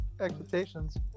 expectations